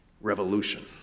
revolution